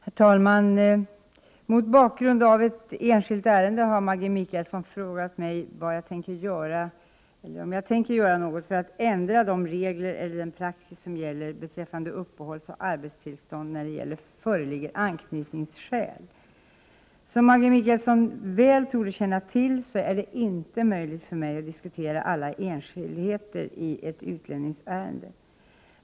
Herr talman! Mot bakgrund av ett enskilt ärende har Maggi Mikaelsson frågat mig om jag tänker göra något för att ändra de regler eller den praxis som gäller beträffande uppehållsoch arbetstillstånd när det föreligger anknytningsskäl. Som Maggi Mikaelsson väl torde känna till så är det inte möjligt för mig att diskutera alla enskildheter i ett utlänningsärende.